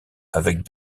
avec